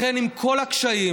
לכן עם כל הקשיים,